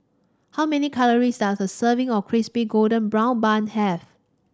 how many calories does a serving of Crispy Golden Brown Bun have